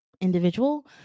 individual